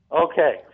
Okay